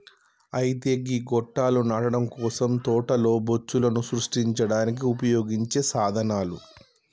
అయితే గీ గొట్టాలు నాటడం కోసం తోటలో బొచ్చులను సృష్టించడానికి ఉపయోగించే సాధనాలు